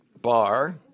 bar